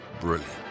brilliant